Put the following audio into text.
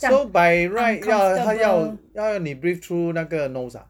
so by right 要他要他要你 breathe through 那个 nose ah